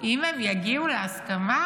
אם יגיעו להסכמה,